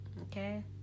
Okay